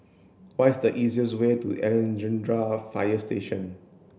what is the easiest way to Alexandra Fire Station